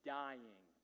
dying